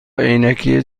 عینکی